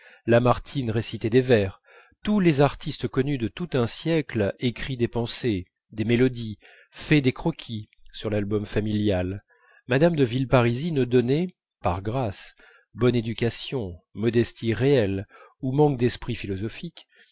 lamartine récité des vers tous les artistes connus de tout un siècle écrit des pensées des mélodies fait des croquis sur l'album familial mme de villeparisis ne donnait par grâce bonne éducation modestie réelle ou manque d'esprit philosophique